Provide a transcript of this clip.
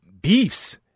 beefs